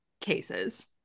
cases